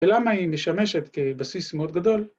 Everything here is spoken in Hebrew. ‫ולמה היא משמשת כבסיס מאוד גדול?